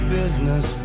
business